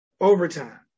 overtime